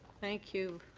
thank you.